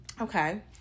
Okay